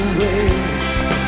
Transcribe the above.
waste